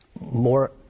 more